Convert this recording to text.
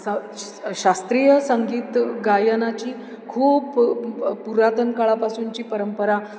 श शास्त्रीय संगीत गायनाची खूप पुरातन काळापासूनची परंपरा